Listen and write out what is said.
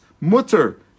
mutter